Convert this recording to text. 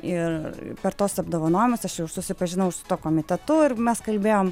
ir per tuos apdovanojimus aš jau ir susipažinau ir su komitetu ir mes kalbėjom